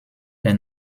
est